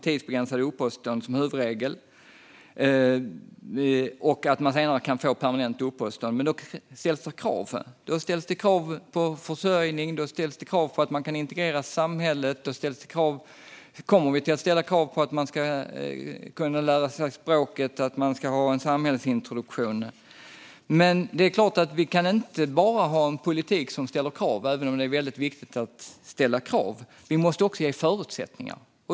Tidsbegränsade uppehållstillstånd är huvudregel, och man kan senare få permanent uppehållstillstånd. Men då ställs krav på försörjning och på att integreras i samhället, lära sig språket eller ta del av samhällsintroduktion. Men det går inte att ha en politik som bara ställer krav, även om det är viktigt att ställa krav. Det måste också ges förutsättningar.